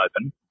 open